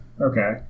Okay